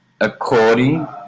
according